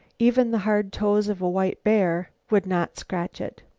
even the hard toes of a white bear would not scratch it.